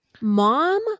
Mom